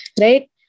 right